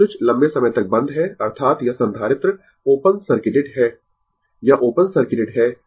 अब स्विच लंबे समय तक बंद है अर्थात यह संधारित्र ओपन सर्किटेड है यह ओपन सर्किटेड है